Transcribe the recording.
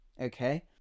Okay